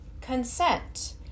Consent